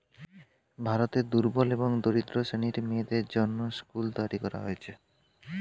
ভারতে দুর্বল এবং দরিদ্র শ্রেণীর মেয়েদের জন্যে স্কুল তৈরী করা হয়েছে